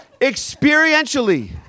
experientially